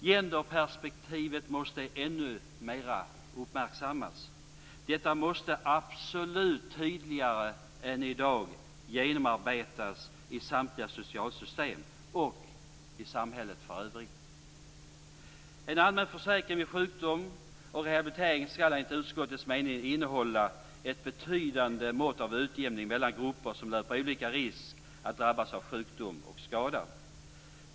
Genderperspektivet måste ännu mera uppmärksammas. Detta måste absolut tydligare än i dag genomarbetas i samtliga socialsystem och i samhället för övrigt. En allmän försäkring vid sjukdom och rehabilitering skall enligt utskottets mening innehålla ett betydande mått av utjämning mellan grupper som löper olika stora risker att drabbas av sjukdom och skada.